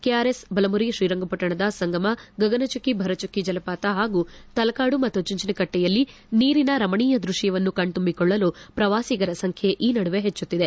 KRS Balamuri ತ್ರೀರಂಗಪಟ್ಟಣದ ಸಂಗಮ ಗಗನಚುಕ್ಕಿ ಭರಚುಕ್ಕಿ ಜಲಪಾತ ಹಾಗೂ ತಲಕಾಡು ಮತ್ತು ಚುಂಚನಕಟ್ಟೆಯಲ್ಲಿ ನೀರಿನ ರಮಣಿಯ ದೃಶ್ಯವನ್ನು ಕಣ್ತುಂಬಿಕೊಳ್ಳಲು ಪ್ರವಾಸಿಗರ ಸಂಖ್ಯೆ ಈ ನಡುವೆ ಹೆಚ್ಚುತ್ತಿದೆ